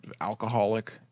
alcoholic